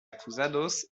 acusados